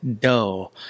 dough